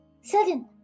Seven